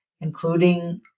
including